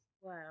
Wow